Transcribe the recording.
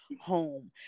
home